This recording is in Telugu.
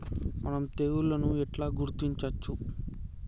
మనం తెగుళ్లను ఎట్లా గుర్తించచ్చు?